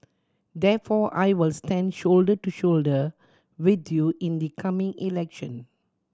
therefore I will stand shoulder to shoulder with you in the coming election